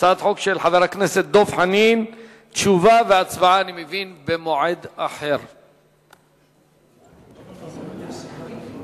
לדיון מוקדם בוועדת החוץ והביטחון נתקבלה.